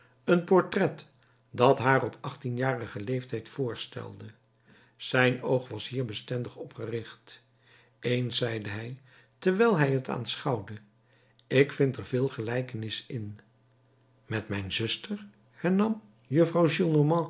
een portret dat haar op achttienjarigen leeftijd voorstelde zijn oog was hier bestendig op gericht eens zeide hij terwijl hij het aanschouwde ik vind er veel gelijkenis in met mijn zuster hernam juffrouw